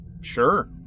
Sure